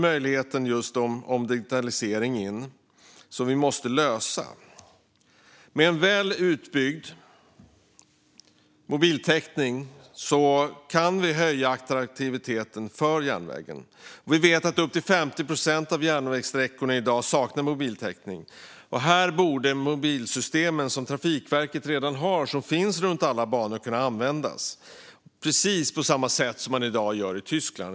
Men med en väl utbyggd mobiltäckning kan attraktiviteten höjas. I dag saknar upp till 50 procent av järnvägssträckorna mobiltäckning. Här borde dock Trafikverkets mobilsystem, som redan finns för alla banor, kunna användas, precis som man gör i Tyskland.